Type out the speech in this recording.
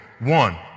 One